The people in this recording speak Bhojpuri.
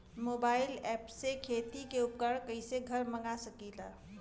मोबाइल ऐपसे खेती के उपकरण कइसे घर मगा सकीला?